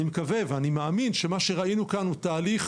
אני מקווה ומאמין שמה שראינו כאן הוא תהליך